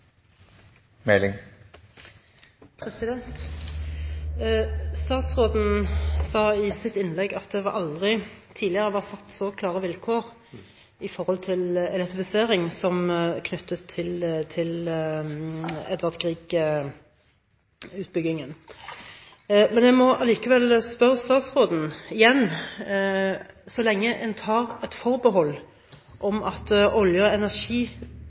replikkordskifte. Statsråden sa i sitt innlegg at det aldri tidligere har vært satt så klare vilkår for elektrifisering som knyttet til Edvard Grieg-utbyggingen. Men jeg må allikevel igjen spørre statsråden: Så lenge en tar et forbehold om at Olje- og